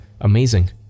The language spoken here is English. amazing